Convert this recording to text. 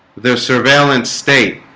their surveillance state